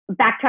backtrack